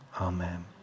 amen